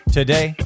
today